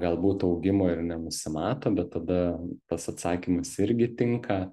galbūt augimo ir nenusimato bet tada tas atsakymas irgi tinka